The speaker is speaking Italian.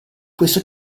questo